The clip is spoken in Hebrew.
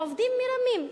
העובדים מרמים.